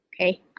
Okay